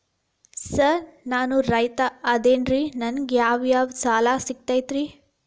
Sir ನಾನು ರೈತ ಅದೆನ್ರಿ ನನಗ ಯಾವ್ ಯಾವ್ ಸಾಲಾ ಸಿಗ್ತೈತ್ರಿ?